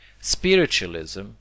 Spiritualism